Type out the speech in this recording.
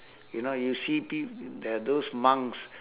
you know you see p~ the those monks